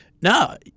No